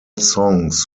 songs